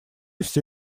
все